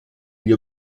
gli